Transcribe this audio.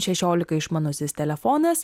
šešiolika išmanusis telefonas